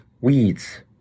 weeds